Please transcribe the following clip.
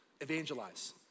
evangelize